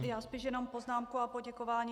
Já spíš jenom poznámku a poděkování.